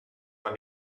when